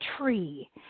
tree